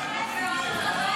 איזה מאמץ?